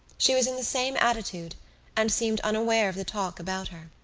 she was in the same attitude and seemed unaware of the talk about her.